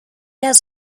has